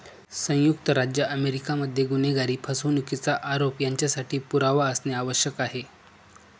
संयुक्त राज्य अमेरिका मध्ये गुन्हेगारी, फसवणुकीचा आरोप यांच्यासाठी पुरावा असणे आवश्यक आहे